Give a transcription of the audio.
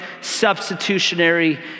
substitutionary